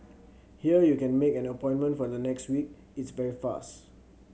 here you can make an appointment for the next week it's very fast